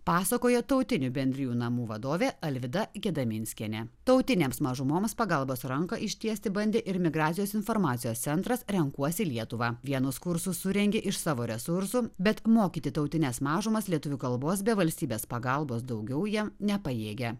pasakoja tautinių bendrijų namų vadovė alvyda gedaminskienė tautinėms mažumoms pagalbos ranką ištiesti bandė ir migracijos informacijos centras renkuosi lietuvą vienus kursus surengė iš savo resursų bet mokyti tautines mažumas lietuvių kalbos be valstybės pagalbos daugiau jie nepajėgia